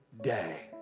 day